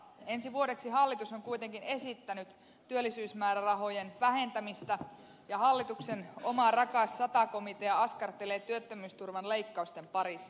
ensi vuodeksi hallitus on kuitenkin esittänyt työllisyysmäärärahojen vähentämistä ja hallituksen oma rakas sata komitea askartelee työttömyysturvan leikkausten parissa